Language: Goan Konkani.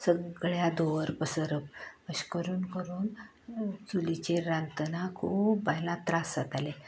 सगळ्याक धुंवर पसरप अशें करून करून चुलीचेर रांदतना खूब बायलांक त्रास जातालें